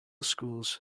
schools